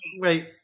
Wait